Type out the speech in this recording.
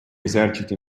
eserciti